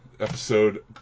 episode